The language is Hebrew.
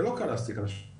זה לא קל להעסיק אנשים.